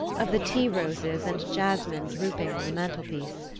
of the tea-roses and jasmine drooping on the mantel-piece.